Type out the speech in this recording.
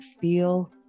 feel